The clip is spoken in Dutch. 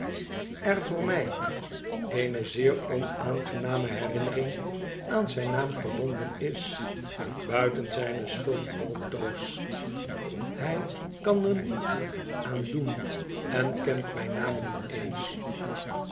er toor mij eene zeer onaangename herinnering aan zijn naam verbonden is builen zijne schuld altoos hij kan er niet aan doen en kent mijn naam niet eens